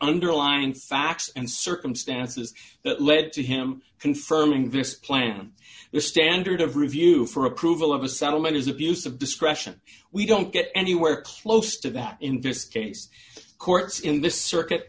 underlying facts and circumstances that led to him confirming this plan your standard of review for approval of a subtle man is abuse of discretion we don't get anywhere close to that in this case courts in this circuit